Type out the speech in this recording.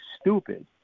stupid